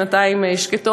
שנתיים שקטות,